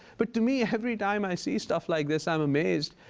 but to me every time i see stuff like this i'm amazed.